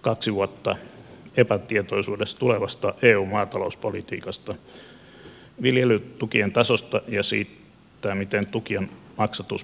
kaksi vuotta epätietoisuudessa tulevasta eun maatalouspolitiikasta viljelytukien tasosta ja siitä miten tukien maksatusperusteita muutetaan